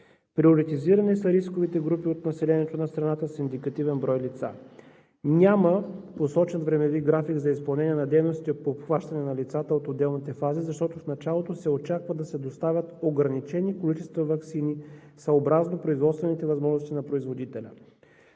Приоритизирани са рисковите групи от населението на страната с индикативен брой лица. Няма посочен времеви график за изпълнение на дейностите по обхващане на лицата от отделните фази, защото в началото се очаква да се доставят ограничени количества ваксини съобразно производствените възможности на производителя.